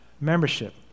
membership